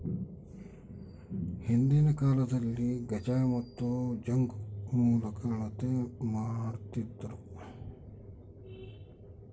ಹಿಂದಿನ ಕಾಲದಲ್ಲಿ ಗಜ ಮತ್ತು ಜಂಗು ಮೂಲಕ ಅಳತೆ ಮಾಡ್ತಿದ್ದರು